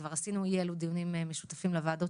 כבר עשינו אי אלו דיונים משותפים לוועדות